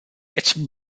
its